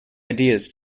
ideas